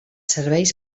serveis